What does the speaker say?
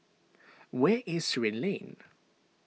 where is Surin Lane